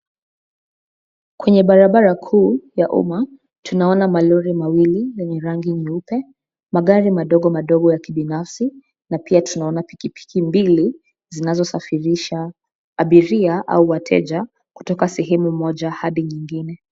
Kwenye barabara kuu, ya umma, tunaona malori mawili, yenye rangi nyeupe, magari madogo madogo ya kibinafsi, na pia tunaona pikipiki mbili, zinazosafirisha abiria au wateja kutoka sehemu moja hadi nyingine.